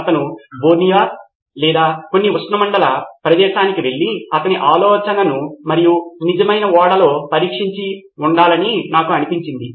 అతను బోర్నియో లేదా కొన్ని ఉష్ణమండల ప్రదేశానికి వెళ్లి తన ఆలోచనను మరియు నిజమైన ఓడలో పరీక్షించి ఉండాలని నాకు అనిపిస్తుంది